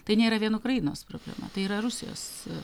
tai nėra vien ukrainos problema tai yra rusijos